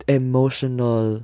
emotional